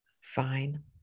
Fine